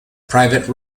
private